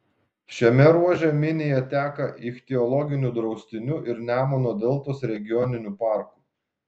šiame ruože minija teka ichtiologiniu draustiniu ir nemuno deltos regioniniu parku